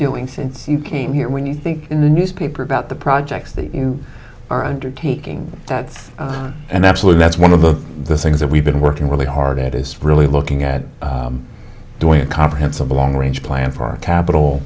doing since you came here when you think in the newspaper about the projects that you are undertaking that's an absolute that's one of the things that we've been working really hard it is really looking at doing a comprehensive long range plan for our